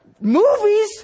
movies